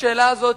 השאלה הזאת,